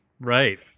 Right